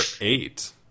eight